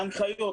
ההנחיות